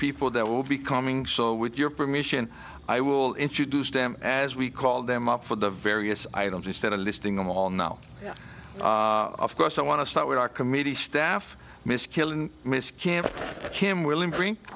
people that will be coming so with your permission i will introduce them as we call them up for the various items instead of listing them all now yes of course i want to start with our committee staff miss killing miss kim kim willi